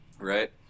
Right